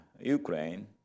Ukraine